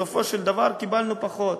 בסופו של דבר קיבלנו פחות.